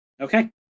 okay